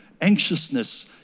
anxiousness